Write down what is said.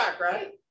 right